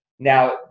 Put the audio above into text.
Now